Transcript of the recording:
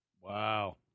Wow